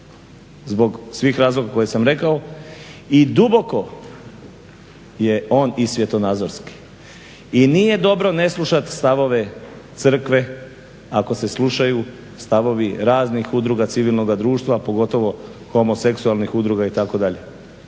zbog sivih razloga što sam rekao i duboko je on i svjetonazorski. I nije dobro ne slušati stavove crkve ako se slušaju stavovi raznih udruga civilnog društva pogotovo homoseksualnih udruga itd.